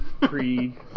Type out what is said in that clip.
pre